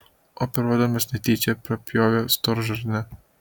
operuodamas netyčia prapjovė storžarnę